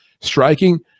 Striking